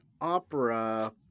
opera